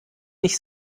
nicht